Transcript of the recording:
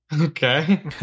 Okay